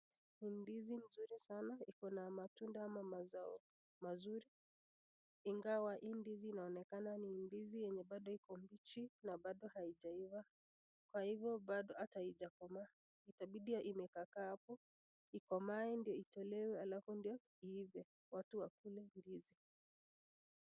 ndizi mzuri sana iko na matunda ama mazao mazuri, ingawa hii ndizi inaonekana ni ndizi yenye inaonekana kuwambichi na bado haijaiva, kwahivyo hata bado haijakoma itabidi imetakaa kaa hapo ikomae ndio itolewe alafu ndio iive watu wakule ndizi.